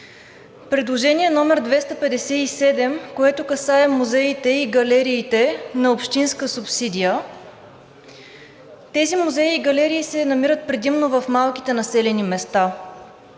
Предложението № 257 касае музеите и галериите на общинска субсидия. Тези музеи и галерии се намират предимно в малките населени места